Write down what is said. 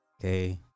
Okay